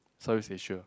South East Asia